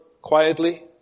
quietly